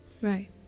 Right